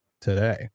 today